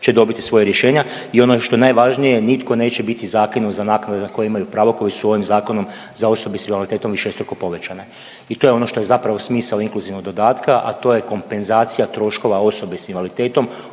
će dobiti svoja rješenja i ono što je najvažnije nitko neće biti zakinut za naknade na koje imaju pravo koje su ovim zakonom za osobe s invaliditetom višestruko povećane i to je ono što je zapravo smisao inkluzivnog dodatka, a to je kompenzacija troškova osobe s invaliditetom